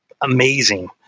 amazing